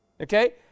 Okay